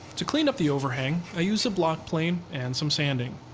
to clean up the overhang, i use a block plane and some sanding.